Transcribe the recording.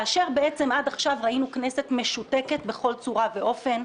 בעצם עד עכשיו ראינו כנסת משותקת בכל צורה ואופן,